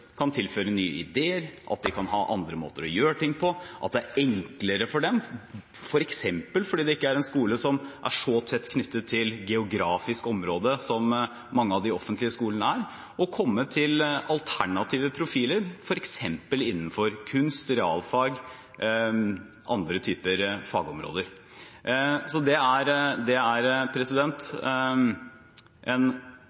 kan tilføre nye ideer, at de kan ha andre måter å gjøre ting på, at det er enklere for dem, f.eks. fordi det ikke er en skole som er så tett knyttet til et geografisk område som mange av de offentlige skolene er, å komme til alternative profiler, f.eks. innenfor kunst, realfag, andre typer fagområder. Det er en god innramming i loven, og det er en